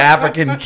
African